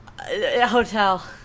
hotel